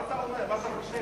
מה אתה אומר, מה אתה חושב?